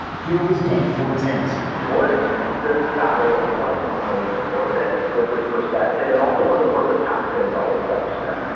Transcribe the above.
here was doug ford's answer what is this battle over license plates worth it? with this perspective? and also, was it worth the taxpayer dollars ah spent?